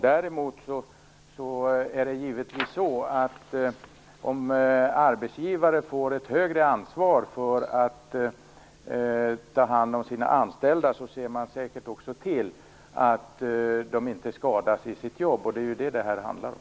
Däremot är det givetvis så att om arbetsgivare får ett större ansvar för att ta hand om de anställda ser de säkert till att de anställda inte skadas i sina jobb. Det är ju det som det här handlar om.